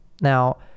Now